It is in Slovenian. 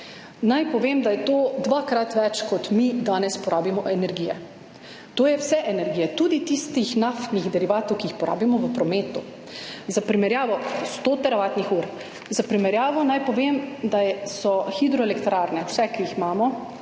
Naj povem, da je to dvakrat več, kot mi danes porabimo energije, to je vse energije, tudi tistih naftnih derivatov, ki jih porabimo v prometu. Za primerjavo, 100 teravatnih ur. Za primerjavo naj povem, da hidroelektrarne, vse, ki jih imamo